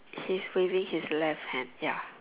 he's waving his left hand ya